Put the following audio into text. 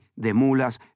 Demulas